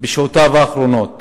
בשעותיו האחרונות